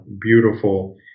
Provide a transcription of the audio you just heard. beautiful